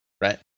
right